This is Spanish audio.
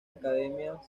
academia